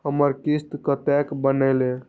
हमर किस्त कतैक बनले?